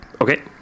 okay